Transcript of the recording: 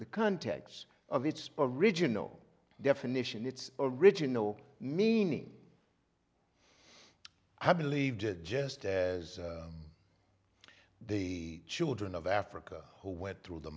the context of its original definition its original meaning i believe just as the children of africa who went through the